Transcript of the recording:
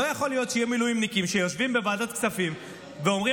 לא יכול להיות שיהיו מילואימניקים שיושבים בוועדת כספים ואומרים: